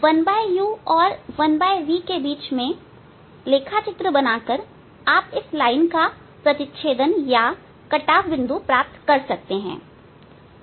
1u और 1v के बीच लेखा चित्र बनाकर आप इस लाइन का प्रतिप्छेदन या कटाव बिंदु प्राप्त कर सकते हैं